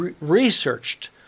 researched